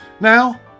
Now